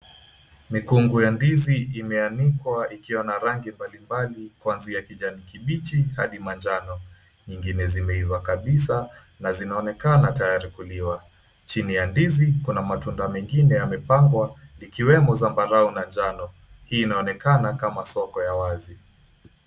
Mikungu ya ndizi imeanikwa ikiwa na rangi mbalimbali, kuanzia kijani kibichi hadi manjano. Zingine zimeiva kabisa na zinaonekana tayari kuliwa. Chini ya ndizi kuna matunda mengine yamepangwa likiwemo zambarau na njano. Hii inaonekana kama soko ya wazi.